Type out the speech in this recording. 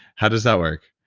how does that work?